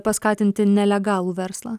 paskatinti nelegalų verslą